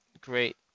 great